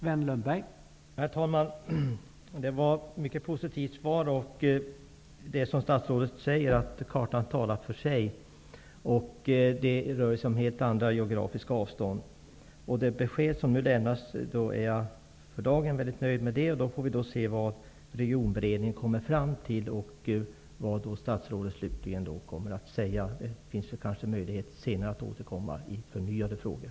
Herr talman! Statsrådets svar liksom det som statsrådet sade om att kartan talar för sig själv var mycket positivt. I detta sammanhang handlar det om mycket stora geografiska avstånd. Jag är för dagen mycket nöjd med de besked som statsrådet har lämnat. Vi får se vad Regionberedningen kommer fram till och vad statsrådet då slutligen kommer att säga. Det blir kanske möjligheter att senare återkomma med nya frågor.